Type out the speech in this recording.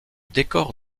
décor